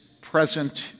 present